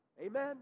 Amen